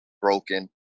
broken